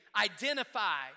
identify